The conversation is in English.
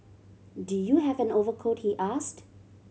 do you have an overcoat he asked